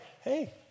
hey